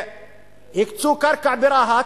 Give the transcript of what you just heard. הקצו קרקע ברהט,